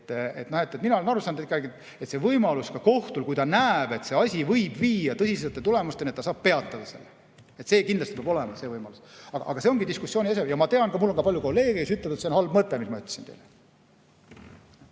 Mina olen aru saanud, et see võimalus on ka kohtul, kui ta näeb, et see asi võib viia tõsisemate tulemusteni, ta saab peatada selle. See võimalus kindlasti peab olema, aga see ongi diskussiooni ese. Ja ma tean, mul on ka palju kolleege, kes ütlevad, et see on halb mõte, mis ma ütlesin teile.